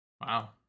wow